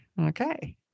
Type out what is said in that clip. okay